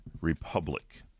Republic